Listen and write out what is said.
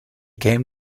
came